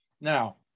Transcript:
Now